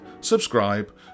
subscribe